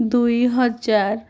ଦୁଇହଜାର